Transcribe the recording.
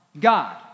God